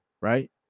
right